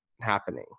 happening